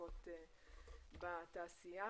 שמועסקות בתעשייה.